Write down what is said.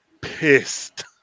pissed